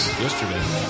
yesterday